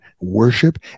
worship